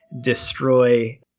destroy